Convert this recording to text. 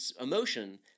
emotion